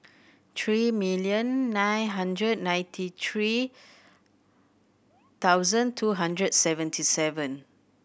three million nine hundred ninety three thousand two hundred seventy seven